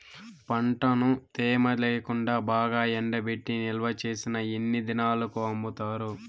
పంటను తేమ లేకుండా బాగా ఎండబెట్టి నిల్వచేసిన ఎన్ని దినాలకు అమ్ముతారు?